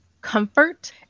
comfort